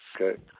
Okay